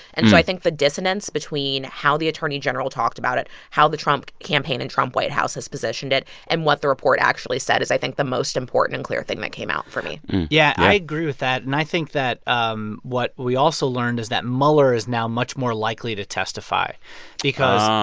and so i think the dissonance between how the attorney general talked about it, how the trump campaign and trump white house has positioned it and what the report actually said is, i think, the most important and clear thing that came out for me yeah yeah. i agree with that. and i think that um what we also learned is that mueller is now much more likely to testify because. oh.